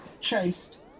chased